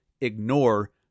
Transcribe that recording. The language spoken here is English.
ignore